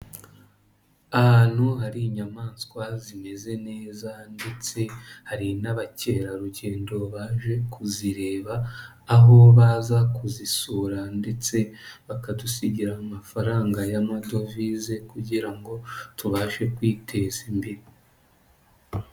Ahantu hari inyamaswa zimeze neza ndetse hari n'abakerarugendo baje kuzireba, aho baza kuzisura ndetse bakadusigira amafaranga y'amadovize kugira ngo tubashe kwiteza imbere.